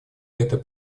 это